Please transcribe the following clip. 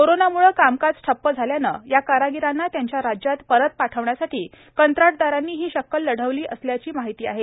कोरोनामुळे कामकाज ठप्प झाल्याने या कारागिरांना त्यांच्या राज्यात परत पाठविण्यासाठी कंत्राटदारांनी ही शक्कल लढविली असल्याची माहिती आहे